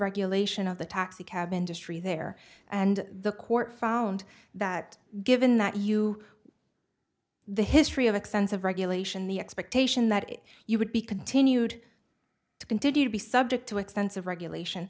regulation of the taxicab industry there and the court found that given that you the history of expensive regulation the expectation that you would be continued to continue to be subject to extensive regulation